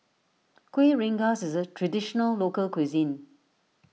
Kueh Rengas is a Traditional Local Cuisine